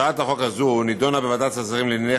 הצעת החוק הזו נדונה בוועדת השרים לענייני